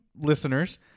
listeners